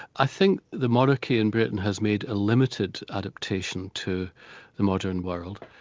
i think the monarchy in britain has made a limited adaptation to the modern world.